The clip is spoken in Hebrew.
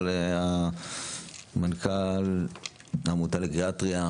מנכ"ל העמותה לגריאטריה,